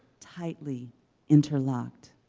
tightly interlocked,